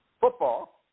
Football